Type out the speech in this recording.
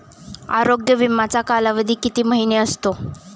आरोग्य विमाचा कालावधी किती महिने असतो?